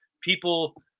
people